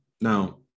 now